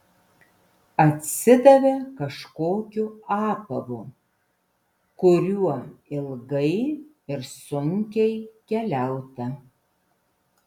atsidavė kažkokiu apavu kuriuo ilgai ir sunkiai keliauta